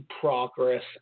progress